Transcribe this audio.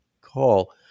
call